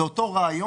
זה אותו רעיון.